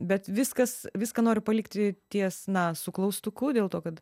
bet viskas viską noriu palikti ties na su klaustuku dėl to kad